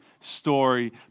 story